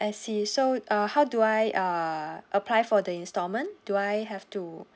I see so uh how do I uh apply for the instalment do I have to